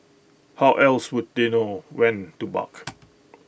how else would they know when to bark